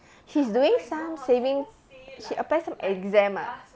she's doing some savings she apply some exam ah